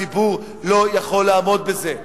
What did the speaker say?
הציבור לא יכול לעומד בזה.